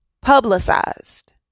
publicized